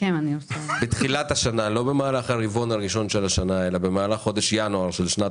לא במהלך הרבעון הראשון של השנה אלא במהלך חודש ינואר של שנת